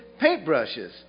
paintbrushes